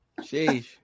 Sheesh